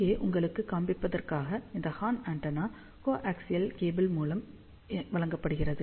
இங்கே உங்களுக்குக் காண்பிப்பதற்காக இந்த ஹார்ன் ஆண்டெனா கோஆக்சியல் கேபிள் மூலம் வழங்கப்படுகிறது